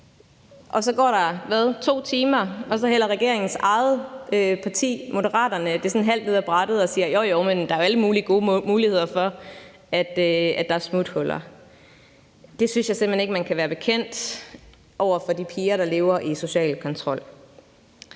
Så går der 2 timer, og så hælder regeringens eget parti, Moderaterne, det halvt ned af brættet og siger: Jo, jo, men der er jo alle mulige gode muligheder for, at der er smuthuller. Det synes jeg simpelt ikke man kan være bekendt over for de piger, der lever i social kontrol.